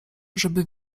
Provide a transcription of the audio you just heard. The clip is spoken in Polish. żeby